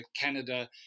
Canada